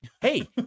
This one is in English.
hey